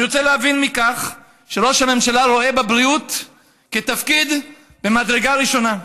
אני רוצה להבין מכך שראש הממשלה רואה בבריאות תפקיד ממדרגה ראשונה.